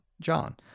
john